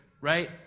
right